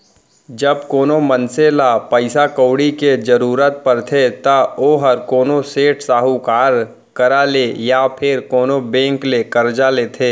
जब कोनो मनसे ल पइसा कउड़ी के जरूरत परथे त ओहर कोनो सेठ, साहूकार करा ले या फेर कोनो बेंक ले करजा लेथे